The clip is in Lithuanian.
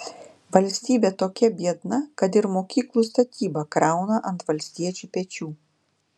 valstybė tokia biedna kad ir mokyklų statybą krauna ant valstiečių pečių